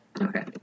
Okay